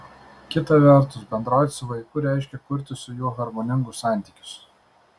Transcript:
kita vertus bendrauti su vaiku reiškia kurti su juo harmoningus santykius